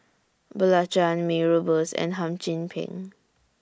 Belacan Mee Rebus and Hum Chim Peng